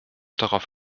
darauf